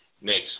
next